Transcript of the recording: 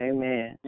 Amen